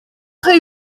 chi